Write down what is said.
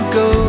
go